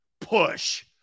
push